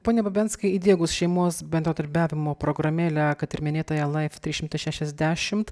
pone babenskai įdiegus šeimos bendradarbiavimo programėlę kad ir minėtąją laif trys šimtai šešiasdešimt